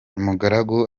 umugaragu